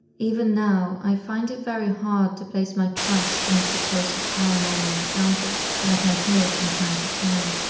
even now, i find it very hard to place my trust in the supposed paranormal encounters that i hear from time to time.